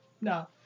No